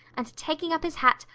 and taking up his hat,